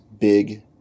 big